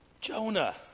Jonah